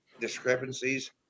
discrepancies